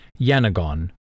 Yanagon